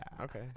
Okay